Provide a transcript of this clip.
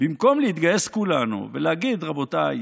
במקום להתגייס כולנו ולהגיד: רבותיי,